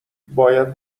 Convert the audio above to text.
باید